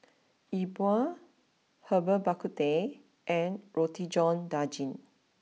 Yi Bua Herbal Bak Ku Teh and Roti John Daging